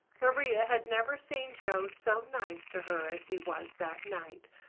maria had never seen joe so nice to her as he was that night,